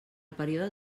període